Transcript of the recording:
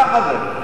ככה זה.